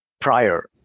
prior